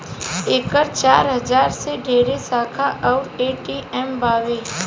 एकर चार हजार से ढेरे शाखा अउर ए.टी.एम बावे